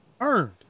Earned